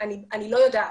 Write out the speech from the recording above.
אני לא יודעת.